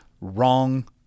wrong